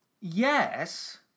Yes